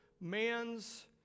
man's